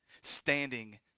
Standing